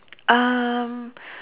um